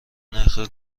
نرخ